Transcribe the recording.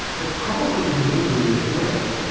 but probably into misery as well.